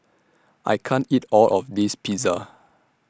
I can't eat All of This Pizza